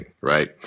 right